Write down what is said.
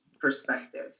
perspective